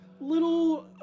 Little